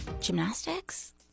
gymnastics